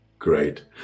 Great